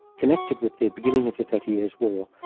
connected with the beginning of the thirty years war,